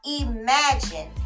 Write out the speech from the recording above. Imagine